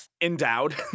endowed